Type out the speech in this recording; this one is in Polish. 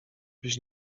byś